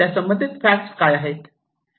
त्यासंबंधित फॅक्ट काय आहेत